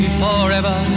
forever